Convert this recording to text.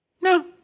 No